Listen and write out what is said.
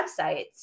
websites